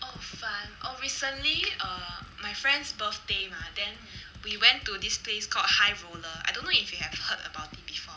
oh fun oh recently err my friend's birthday mah then we went to this place called high roller I don't know if you have heard about it before